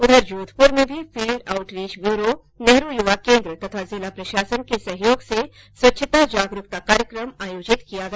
उधर जोधपुर में भी फील्ड आउटरीच ब्यूरो नेहरू यूवा केन्द्र तथा जिला प्रशासन के सहयोग से स्वच्छता जागरूकता कार्यक्रम आयोजित किया गया